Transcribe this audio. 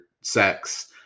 sex